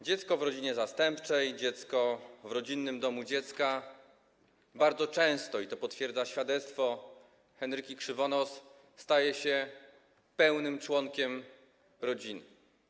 Dziecko w rodzinie zastępczej, dziecko w rodzinnym domu dziecka bardzo często - i to potwierdza świadectwo Henryki Krzywonos - staje się pełnym członkiem rodziny.